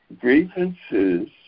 grievances